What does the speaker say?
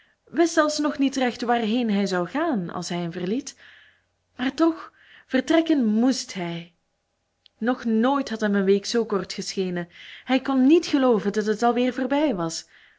wist zelfs nog niet recht waarheen hij zou gaan als hij hen verliet maar toch vertrekken moest hij nog nooit had hem een week zoo kort geschenen hij kon niet gelooven dat het alweer voorbij was